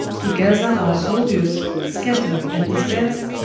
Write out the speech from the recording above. to gather our souldiors, scatter'd and disperc't,